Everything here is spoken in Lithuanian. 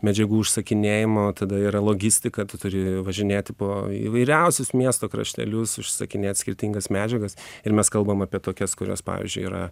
medžiagų užsakinėjamo tada yra logistika turi važinėti po įvairiausius miesto kraštelius užsisakinėt skirtingas medžiagas ir mes kalbame apie tokias kurios pavyzdžiui yra